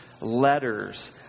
letters